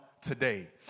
Today